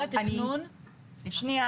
שנייה,